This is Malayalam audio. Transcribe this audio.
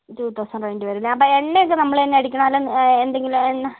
ടു തൗസൻറ് വേണ്ടി വരും അല്ലേ അപ്പോൾ എണ്ണയൊക്കെ നമ്മൾ തന്നെ അടിക്കണോ അല്ല എന്തെങ്കിലും എണ്ണ